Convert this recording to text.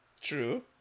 True